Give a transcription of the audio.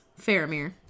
Faramir